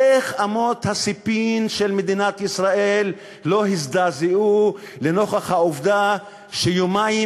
איך אמות הספים של מדינת ישראל לא הזדעזעו לנוכח העובדה שיומיים